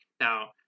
Now